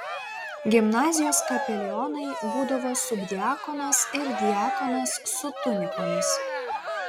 gimnazijos kapelionai būdavo subdiakonas ir diakonas su tunikomis